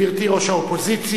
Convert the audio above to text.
גברתי ראש האופוזיציה,